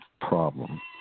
problem